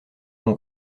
mon